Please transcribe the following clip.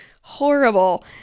Horrible